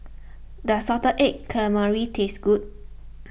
does Salted Egg Calamari taste good